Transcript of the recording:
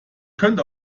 könnte